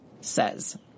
says